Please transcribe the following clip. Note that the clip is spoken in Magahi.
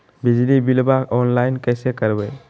बिजली बिलाबा ऑनलाइन कैसे करबै?